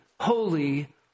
holy